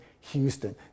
Houston